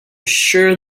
sure